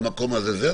שהמקום הזה בסדר,